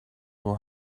were